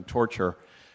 torture